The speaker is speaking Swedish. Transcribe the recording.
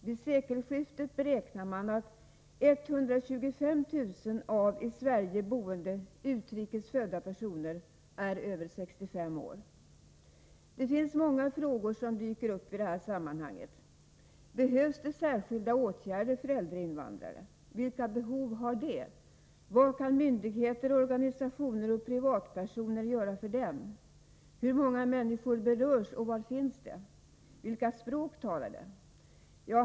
Man beräknar att vid sekelskiftet 125 000 av i Sverige boende, utrikes födda personer kommer att vara över 65 år. Det finns många frågor som dyker upp i det här sammanhanget. Behövs det särskilda åtgärder för äldre invandrare? Vilka behov har dessa? Vad kan myndigheter, organisationer och privatpersoner göra för dem? Hur många människor berörs, och var finns de? Vilka språk talar de?